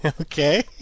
Okay